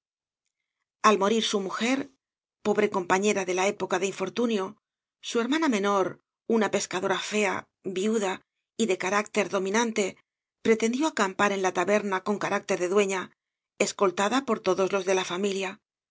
al morir su mujer pobre compañera de la época de infortunio su hermana menor una pescadora fea viuda y de carácter dominante pretendió acampar en la taberna con carácter de dueña escoltada por todos los de la familia